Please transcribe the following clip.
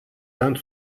land